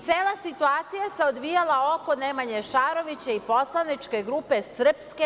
Cela situacija se odvijala oko Nemanje Šarovića i poslaničke grupe SRS.